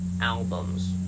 albums